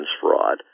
fraud